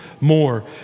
more